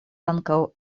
ankaŭ